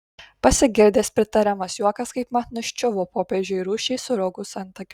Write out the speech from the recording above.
pasigirdęs pritariamas juokas kaipmat nuščiuvo popiežiui rūsčiai suraukus antakius